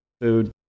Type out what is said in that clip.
food